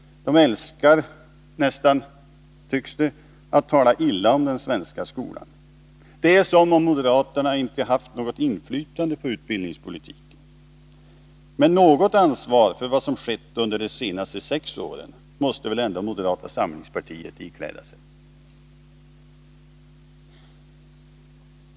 De nästan älskar, tycks det, att tala illa om den svenska skolan. Det är som om moderaterna inte har haft något inflytande på utbildningspolitiken. Men något ansvar för vad som har skett under de senaste sex åren måste väl ändå moderata samlingspartiet ikläda sig.